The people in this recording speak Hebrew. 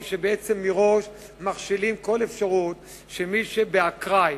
שבעצם מראש מכשילים כל אפשרות של מי שבאקראי